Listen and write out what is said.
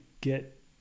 get